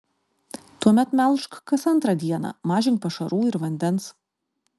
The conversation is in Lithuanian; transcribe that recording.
tuomet melžk kas antrą dieną mažink pašarų ir vandens